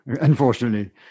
unfortunately